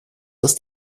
ist